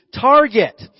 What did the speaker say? target